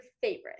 favorite